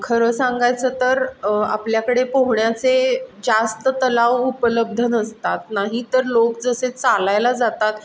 खरं सांगायचं तर आपल्याकडे पोहण्याचे जास्त तलाव उपलब्ध नसतात नाही तर लोक जसे चालायला जातात